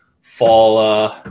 fall